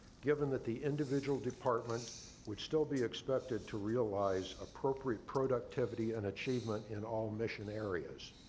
given that the individual department would still be expected to realize appropriate productivity and achievement in all mission areas.